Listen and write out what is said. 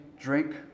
drink